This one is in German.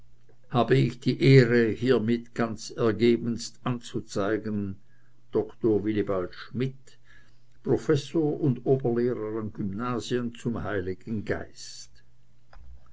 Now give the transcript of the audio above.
habe ich die ehre hiermit ganz ergebenst anzuzeigen doktor wilibald schmidt professor und oberlehrer am gymnasium zum heiligen geist